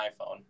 iPhone